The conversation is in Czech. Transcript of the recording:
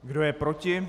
Kdo je proti?